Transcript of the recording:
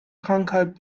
krankheit